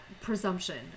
presumption